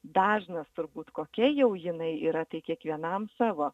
dažnas turbūt kokia jau jinai yra tai kiekvienam savo